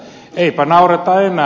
eipä naureta enää